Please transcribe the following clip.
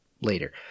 later